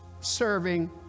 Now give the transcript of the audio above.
serving